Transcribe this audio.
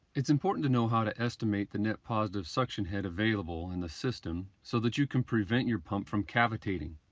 it's important to know how to estimate the net positive suction head available in the system so that you can prevent your pump from cavitating.